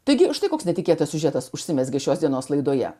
taigi štai koks netikėtas siužetas užsimezgė šios dienos laidoje